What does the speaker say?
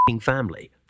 family